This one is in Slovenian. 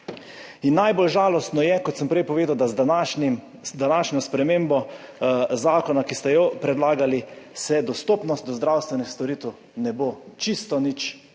Najbolj žalostno je, kot sem prej povedal, da se z današnjo spremembo zakona, ki ste jo predlagali, dostopnost zdravstvenih storitev ne bo čisto nič